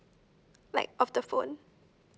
like of the phone